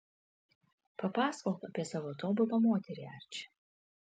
papasakok apie savo tobulą moterį arči